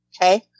Okay